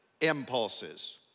impulses